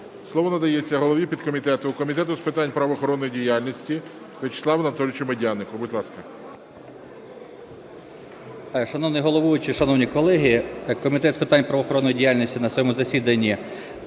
Слово надається голові підкомітету Комітету з питань правоохоронної діяльності В'ячеславу Анатолійовичу Медянику. Будь ласка. 14:49:47 МЕДЯНИК В.А. Шановний головуючий, шановні колеги, Комітет з питань правоохоронної діяльності на своєму засіданні